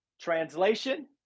translation